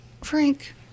Frank